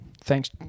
thanks